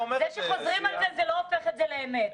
זה שחוזרים על זה, זה לא הופך את זה לאמת.